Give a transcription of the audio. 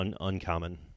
uncommon